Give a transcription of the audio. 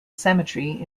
cemetery